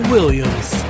Williams